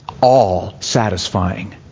all-satisfying